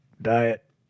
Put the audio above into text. Diet